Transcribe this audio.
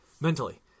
Mentally